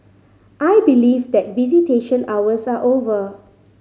I believe that visitation hours are over